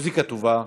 מוזיקה טובה,